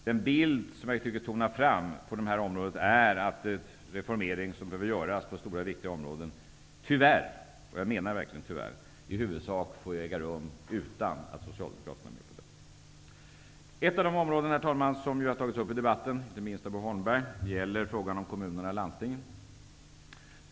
Den bild jag tycker tonar fram på det här området är att den reformering som behöver genomföras på stora och viktiga områden tyvärr -- och jag menar verkligen tyvärr -- i huvudsak får äga rum utan Herr talman! Ett av de områden som har tagits upp i debatten, inte minst av Bo Holmberg, är frågan om kommunerna och landstingen.